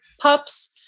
pups